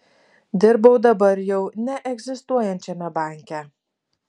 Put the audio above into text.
dirbau dabar jau neegzistuojančiame banke